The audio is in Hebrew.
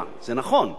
כי האינסנטיב שלי